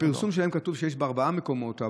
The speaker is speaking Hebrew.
בפרסום שלהם כתוב שיש בארבעה מקומות,